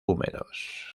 húmedos